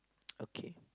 okay